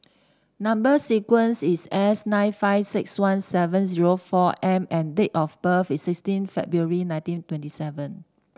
number sequence is S nine five six one seven zero four M and date of birth is sixteen February nineteen twenty seven